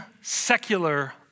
secular